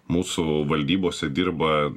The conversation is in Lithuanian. mūsų valdybose dirba